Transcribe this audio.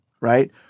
right